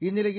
இந்நிலையில்